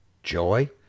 Joy